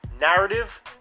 narrative